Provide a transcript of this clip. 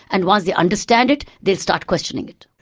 and once they understand it they'll start questioning it.